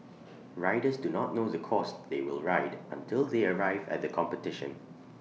riders do not know the course they will ride until they arrive at the competition